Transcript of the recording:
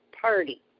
party